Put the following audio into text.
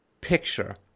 picture